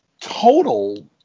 total